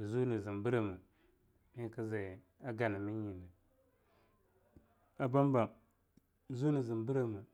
nziunzm breme mekzai a ganamya nyine, a Bambam kziunzm breme.